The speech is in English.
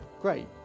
Great